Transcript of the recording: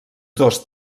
dos